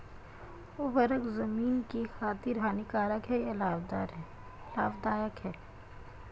उर्वरक ज़मीन की खातिर हानिकारक है या लाभदायक है?